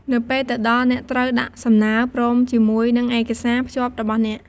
នៅពេលទៅដល់ អ្នកត្រូវដាក់សំណើរ ព្រមជាមួយនិងឯកសារភ្ជាប់របស់អ្នក។